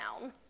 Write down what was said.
down